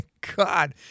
God